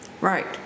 Right